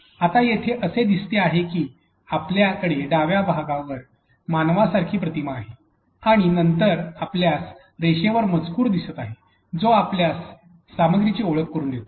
आता येथे असे दिसते आहे की आपल्याकडे डाव्या भागावर मानवा सारखी प्रतिमा आहे आणि नंतर आपल्यास रेषेवर मजकूर दिसत आहे जो आपल्याला सामग्रीची ओळख करून देतो